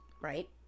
Right